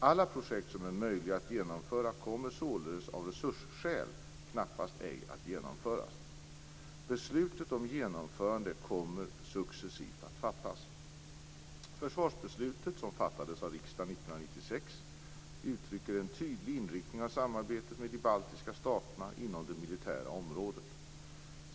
Alla projekt som är möjliga att genomföra kommer således av resursskäl knappast att genomföras. Beslut om genomförande kommer successivt att fattas. Försvarsbeslutet, som fattades av riksdagen 1996, uttrycker en tydlig inriktning av samarbetet med de baltiska staterna inom det militära området.